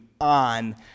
on